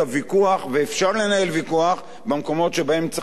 ואפשר לנהל ויכוח במקומות שבהם צריך לנהל אותו,